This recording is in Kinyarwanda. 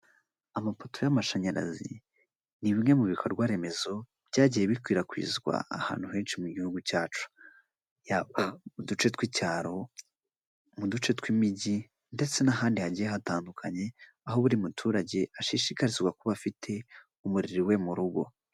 Amapoto y'amashanyarazi, ni bimwe mu bikorwa remezo byagiye bikwirakwizwa ahantu henshi mu gihugu cyacu, yaba uduce tw'icyaro mu duce tw'imijyi ndetse n'ahandi hagiye hatandukanye, aho buri muturage ashishikarizwa kuba afite umuriro iwe mu rugo.